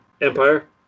Empire